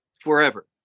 forever